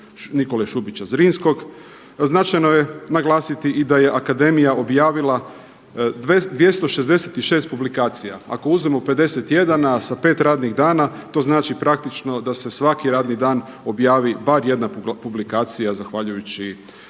Nikole Šubića Zrinskog. Značajno je naglasiti i da je akademija objavila 266 publikacija. Ako uzmemo 51, a sa 5 radnih dana, to znači praktično da se svaki radni dan objavi bar jedna publikacija zahvaljujući